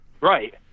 right